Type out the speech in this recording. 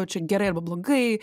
čia gerai arba blogai